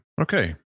Okay